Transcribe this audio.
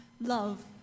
love